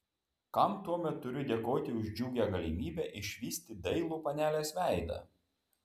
kam tuomet turiu dėkoti už džiugią galimybę išvysti dailų panelės veidą